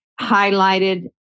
highlighted